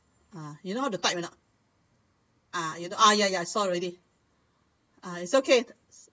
ah you know how to type or not ah you know ah ya ya I saw already ah it's okay